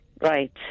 Right